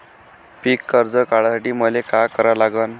पिक कर्ज काढासाठी मले का करा लागन?